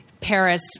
Paris